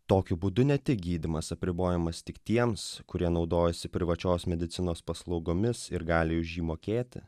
tokiu būdu ne tik gydymas apribojamas tik tiems kurie naudojasi privačios medicinos paslaugomis ir gali už jį mokėti